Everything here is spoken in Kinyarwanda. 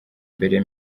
mbere